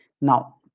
now